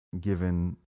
given